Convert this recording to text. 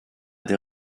des